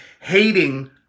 hating